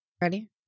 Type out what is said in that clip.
ready